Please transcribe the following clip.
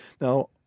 Now